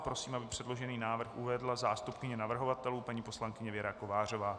Prosím, aby předložený návrh uvedla zástupkyně navrhovatelů paní poslankyně Věra Kovářová.